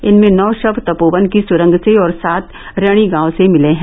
इनमें नौ शव तपोवन की सुरंग से और सात रैणी गांव से मिले हैं